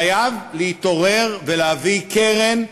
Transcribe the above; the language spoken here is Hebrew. חייב להתעורר ולהביא קרן חירום.